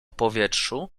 powietrzu